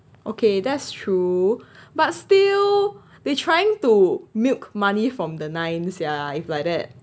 okay that's true but still they trying to milk money from the ninth sia if like that